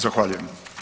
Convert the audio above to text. Zahvaljujem.